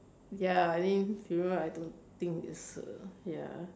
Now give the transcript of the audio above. ya I think funeral I don't think it's a ya